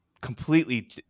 completely